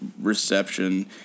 reception